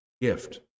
gift